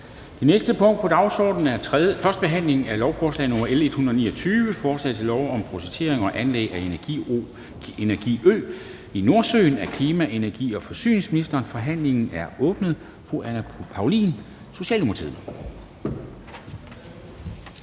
Det næste punkt på dagsordenen er: 5) 1. behandling af lovforslag nr. L 29: Forslag til lov om projektering og anlæg af en energiø i Nordsøen. Af klima-, energi- og forsyningsministeren (Dan Jørgensen). (Fremsættelse